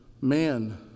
man